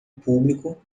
público